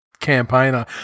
Campaigner